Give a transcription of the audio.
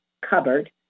cupboard